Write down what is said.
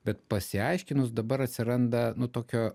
bet pasiaiškinus dabar atsiranda nu tokio